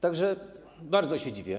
Tak że bardzo się dziwię.